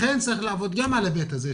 לכן צריך לעבוד גם על ההיבט הזה,